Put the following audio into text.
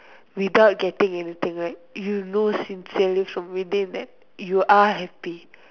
without getting anything right you know sincerely from within that you are happy